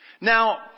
Now